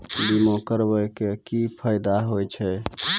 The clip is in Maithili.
बीमा करबै के की फायदा होय छै?